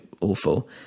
awful